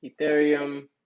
Ethereum